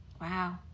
Wow